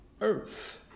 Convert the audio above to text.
earth